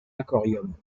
aquarium